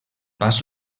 pas